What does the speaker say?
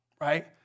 right